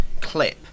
clip